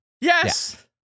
Yes